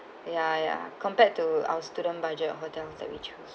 ya ya compared to our student budget hotel that we choose